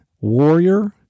warrior